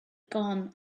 gun